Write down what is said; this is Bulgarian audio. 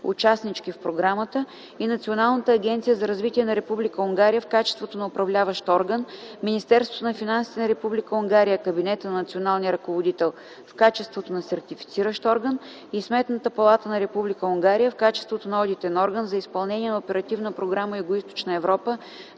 участнички в програмата, и Националната агенция за развитие на Република Унгария в качеството на Управляващ орган, Министерството на финансите на Република Унгария – Кабинета на Националния ръководител в качеството на Сертифициращ орган, и Сметната палата на Република Унгария в качеството на Одитен орган за изпълнение на Оперативна програма „Югоизточна Европа”